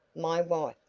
my wife?